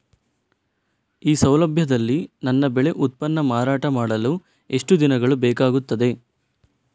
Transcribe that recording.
ಈ ಸೌಲಭ್ಯದಲ್ಲಿ ನನ್ನ ಬೆಳೆ ಉತ್ಪನ್ನ ಮಾರಾಟ ಮಾಡಲು ಎಷ್ಟು ದಿನಗಳು ಬೇಕಾಗುತ್ತದೆ?